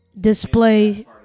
display